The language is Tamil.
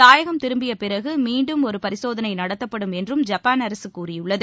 தாயகம் திரும்பிய பிறகு மீண்டும் ஒரு பரிசோதனை நடத்தப்படும் என்றும் ஜப்பாள் அரசு கூறியுள்ளது